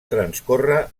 transcórrer